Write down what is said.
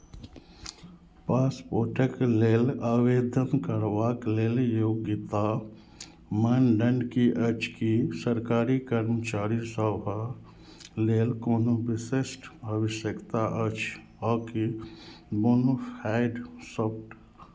पासपोर्टक लेल आवेदन करबाक लेल योग्यता मानदण्ड की अछि की सरकारी कर्मचारीसभ लेल कोनो विशिष्ट आवश्यकता अछि आ की बोनाफाइडसभ